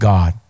God